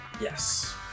Yes